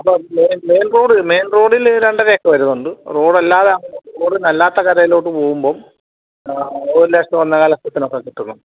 അപ്പോൾ main main റോഡിൽ രണ്ടരയൊക്കെ വരുന്നുണ്ട് റോഡ് അല്ലാതെ റോഡിന് അല്ലാത്ത കരയിലോട്ട് പോവുമ്പോൾ ഒരു ലക്ഷം ഒന്നേകാൽ ലക്ഷത്തിനൊക്കെ കിട്ടുന്നു